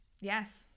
Yes